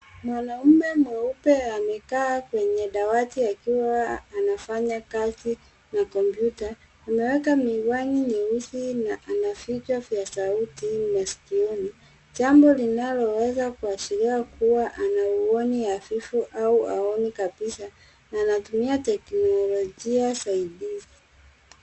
Mwanaume mweupe amekaa kwenye dawati akiwa anafanya kazi na kompyuta. Ameweka miwani nyeusi na ana vichwa vya sauti masikioni, jambo linaloweza kuashiria kuwa ana uoni hafifu au haoni kabisa na anatumia teknolojia saidifu.